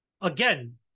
Again